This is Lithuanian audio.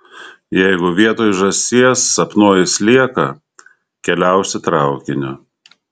jeigu vietoj žąsies sapnuoji slieką keliausi traukiniu